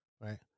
Right